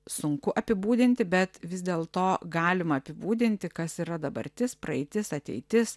sunku apibūdinti bet vis dėl to galima apibūdinti kas yra dabartis praeitis ateitis